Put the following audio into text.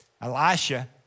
Elisha